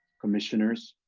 commissioners,